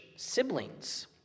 siblings